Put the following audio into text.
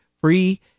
free